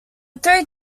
three